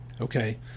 okay